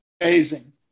amazing